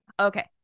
okay